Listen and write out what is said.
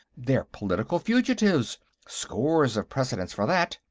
they're political fugitives scores of precedents for that,